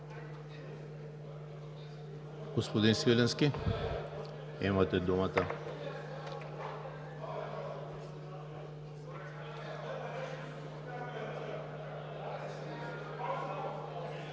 Господи Свиленски, имате думата.